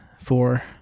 four